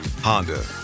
Honda